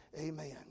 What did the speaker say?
Amen